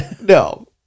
No